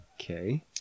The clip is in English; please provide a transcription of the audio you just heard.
Okay